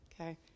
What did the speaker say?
Okay